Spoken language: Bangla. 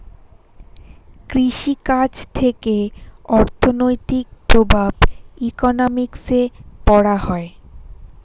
কৃষি কাজ থেকে অর্থনৈতিক প্রভাব ইকোনমিক্সে পড়া হয়